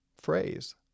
phrase